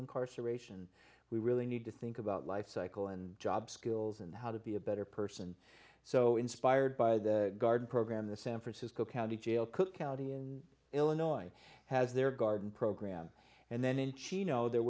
incarceration we really need to think about life cycle and job skills and how to be a better person so inspired by the garden program the san francisco county jail cook county in illinois has their garden program and then in chino there